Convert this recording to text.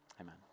amen